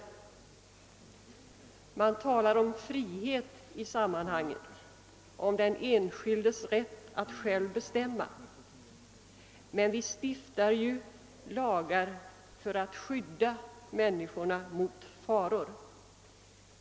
Man talar i detta sammanhang om frihet och om den enskildes rätt att själv bestämma över sina handlingar. Men vi stiftar ju lagar för att skydda människorna mot varandra.